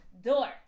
door